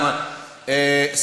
תתבייש לך.